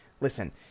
listen